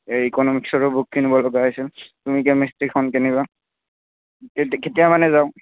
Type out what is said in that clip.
এই ইকনমিক্সৰো বুক কিনিব লগা আছিল তুমি কেমেষ্ট্ৰীখন কিনিবা কেতি কেতিয়া মানে যাওঁ